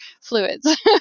fluids